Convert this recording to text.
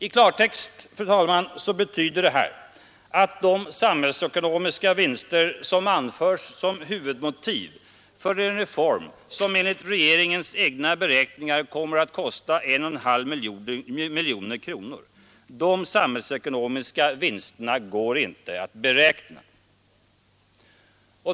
I klartext betyder detta, fru talman, att de samhällsekonomiska vinster som anförs som huvudmotiv för en reform, som enligt regeringens beräkningar kommer att kosta 1,5 miljarder, inte går att ange.